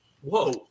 Whoa